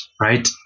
right